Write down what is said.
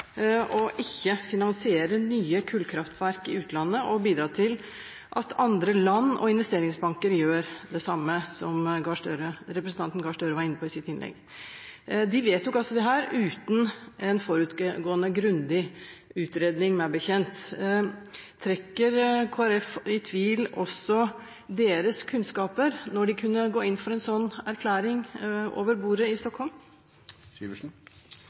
ikke å finansiere nye kullkraftverk i utlandet og å bidra til at andre land og investeringsbanker gjør det samme – som representanten Gahr Støre var inne på i sitt innlegg. De vedtok altså dette uten en forutgående grundig utredning, meg bekjent. Trekker Kristelig Folkeparti i tvil også deres kunnskaper, når de kunne gå inn for en sånn erklæring over bordet i Stockholm?